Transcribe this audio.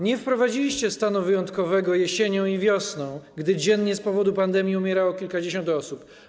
Nie wprowadziliście stanu wyjątkowego jesienią i wiosną, gdy dziennie z powodu pandemii umierało kilkadziesiąt osób.